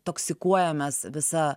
toksikuojamės visa